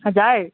हजुर